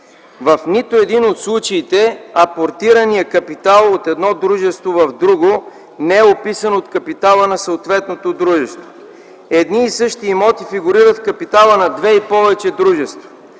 В нито един от случаите апортираният капитал от едно дружество в друго не е отписан от капитала на съответното дружество. Едни и същи имоти фигурират в капитала на две и повече дружества.